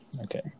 okay